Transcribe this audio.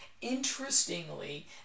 Interestingly